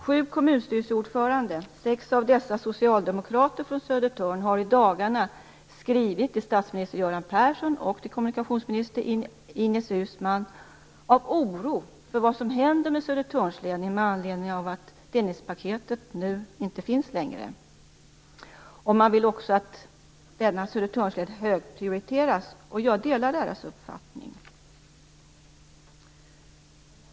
Sju kommunstyrelseordförande - sex av dessa är socialdemokrater från Södertörn - har i dagarna skrivit till statsminister Göran Persson och kommunikationsminister Ines Uusmann av oro för vad som händer med Södertörnsleden med anledning av att Dennispaketet nu inte finns längre. Man vill också att denna Södertörnsled högprioriteras. Jag delar deras uppfattning.